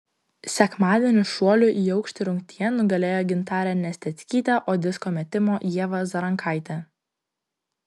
sekmadienį šuolių į aukštį rungtyje nugalėjo gintarė nesteckytė o disko metimo ieva zarankaitė